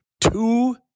two